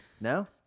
No